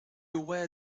where